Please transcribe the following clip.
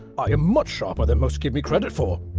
i am much sharper than most give me credit for.